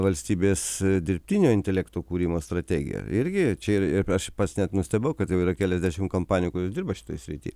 valstybės dirbtinio intelekto kūrimo strategiją irgi čia ir ir aš pats net nustebau kad jau yra keliasdešim kompanijų kurios dirba šitoj srity